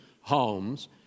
homes